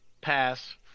pass